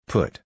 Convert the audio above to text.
Put